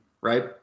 right